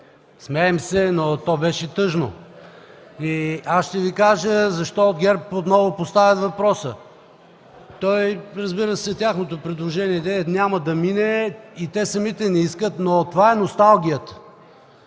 смеем се, но то беше тъжно. Ще Ви кажа защо ГЕРБ отново поставя въпроса. Разбира се, тяхното предложение няма да мине и те самите не искат, но това е носталгията.